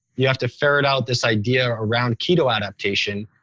you have to ferret out this idea around keto adaptation.